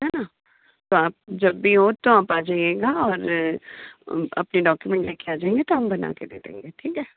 है ना तो आप जब भी हो तो आप आ जाइएगा और अपने डॉक्यूमेंट लेके आ जाइए तो हम बनाके दे देंगे ठीक है